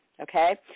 Okay